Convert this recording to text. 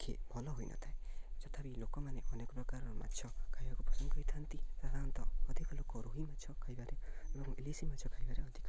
ଖେ ଭଲ ହୋଇନଥାଏ ତଥାପି ଲୋକମାନେ ଅନେକ ପ୍ରକାରର ମାଛ ଖାଇବାକୁ ପସନ୍ଦ କରିଥାନ୍ତି ସାଧାରଣତଃ ଅଧିକ ଲୋକ ରୋହି ମାଛ ଖାଇବାରେ ଏବଂ ଇଲିଶି ମାଛ ଖାଇବାରେ ଅଧିକ ପସନ୍ଦ କରିଥାନ୍ତି